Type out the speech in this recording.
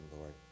Lord